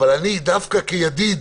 אבל דווקא כידיד